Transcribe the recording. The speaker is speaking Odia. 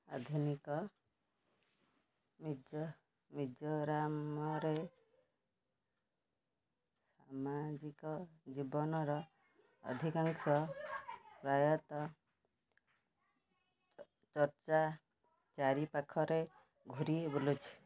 ଆଧୁନିକ ମିଜ ମିଜୋରାମରେ ସାମାଜିକ ଜୀବନର ଅଧିକାଂଶ ପ୍ରାୟତଃ ଚର୍ଚ୍ଚା ଚାରିପାଖରେ ଘୂରି ବୁଲୁଛି